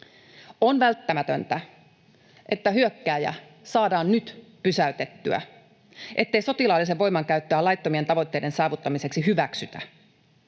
On välttämätöntä, että hyökkääjä saadaan nyt pysäytettyä, ettei sotilaallisen voiman käyttöä laittomien tavoitteiden saavuttamiseksi hyväksytä.